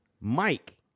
Mike